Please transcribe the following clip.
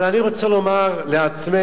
אבל אני רוצה לומר לעצמנו: